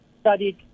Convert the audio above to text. studied